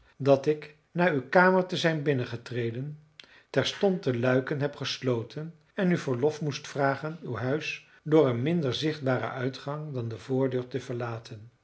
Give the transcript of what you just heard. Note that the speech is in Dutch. dat ik na uw kamer te zijn binnengetreden terstond de luiken heb gesloten en u verlof moest vragen uw huis door een minder zichtbaren uitgang dan de voordeur te verlaten